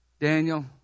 Daniel